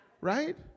Right